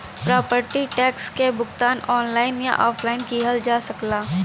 property tax क भुगतान online या ऑफलाइन किहल जा सकला